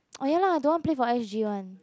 oh ya lah the one play for I_s_g one